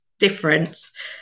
Difference